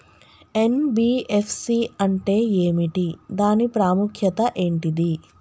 NBFC అంటే ఏమిటి దాని ప్రాముఖ్యత ఏంటిది?